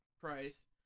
price